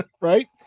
right